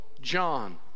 John